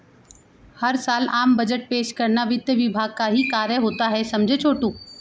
हर साल आम बजट पेश करना वित्त विभाग का ही कार्य होता है समझे छोटू